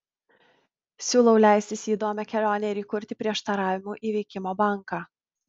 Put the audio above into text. siūlau leistis į įdomią kelionę ir įkurti prieštaravimų įveikimo banką